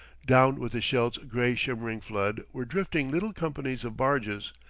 down with the scheldt's gray shimmering flood were drifting little companies of barges,